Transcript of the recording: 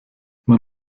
man